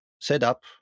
setup